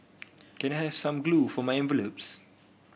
can I have some glue for my envelopes